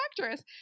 actress